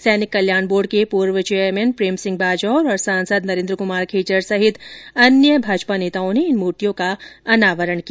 सैनिक कल्याण बोर्ड के पूर्व चेयरमैन प्रेमसिंह बाजौर और सांसद नरेंद्र कुमार खीचड़ सहित अन्य भाजपा नेताओं ने इन मूर्तियों का अनावरण किया